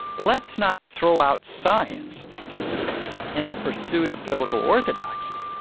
let's not throw out science in the pursuit of biblical orthodoxy.